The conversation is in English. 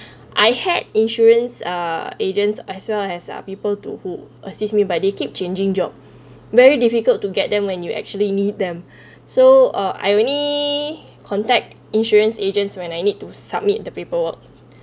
I had insurance uh agents as well as ah people to who assist me but they keep changing job very difficult to get them when you actually need them so uh I only contact insurance agents when I need to submit the paperwork